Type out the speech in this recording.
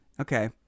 Okay